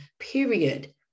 period